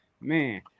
Man